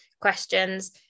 questions